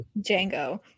Django